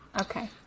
Okay